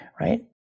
right